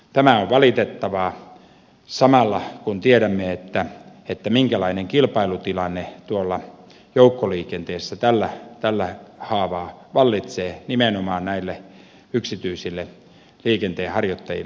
tämä on valitettavaa samalla kun tiedämme minkälainen kilpailutilanne tuolla joukkoliikenteessä tällä haavaa vallitsee nimenomaan näille yksityisille liikenteenharjoittajille